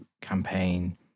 campaign